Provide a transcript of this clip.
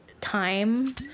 time